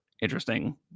interesting